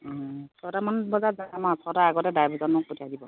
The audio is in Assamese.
অ' ছয়টামান বজাত যাম আ ছয়টা আগতে ড্ৰাইভাৰজনক পঠিয়াই দিব